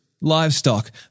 livestock